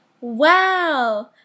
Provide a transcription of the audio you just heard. Wow